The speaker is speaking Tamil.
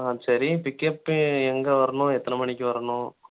ஆ சரி பிக்கப்பு எங்கே வரணும் எத்தனை மணிக்கு வரணும்